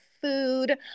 food